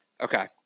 okay